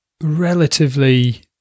relatively